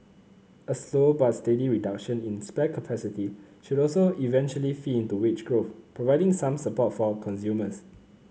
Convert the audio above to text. a slow but steady reduction in spare capacity should also eventually feed into wage growth providing some support for consumers